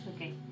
Okay